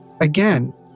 Again